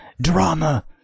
drama